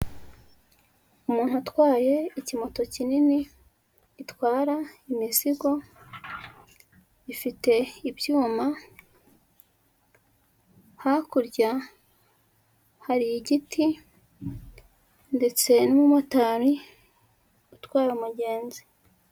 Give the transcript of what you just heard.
Umuntu utwaye ikimoto kinini gitwara imizigo, ifite ibyuma, hakurya hari igiti ndetse n'umumotari utwaye umugenzi.